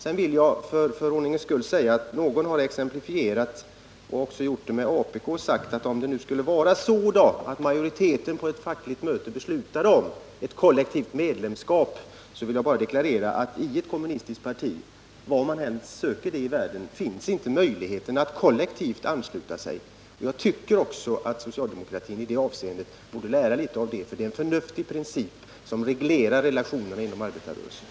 "I debatten här har man ställt frågan hur det skulle bli om majoriteten på ett 141 fackligt möte beslutade om medlemskap i något annat parti — man nämnde bl.a. apk som exempel. Till det vill jag bara deklarera att i ett kommunistiskt parti, var man än söker det i världen, finns inte möjligheten att kollektivt ansluta sig. Jag tycker också att socialdemokratin borde lära sig något av det, för det är en förnuftig princip som reglerar relationerna inom arbetarrörelsen.